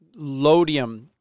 lodium